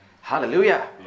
Hallelujah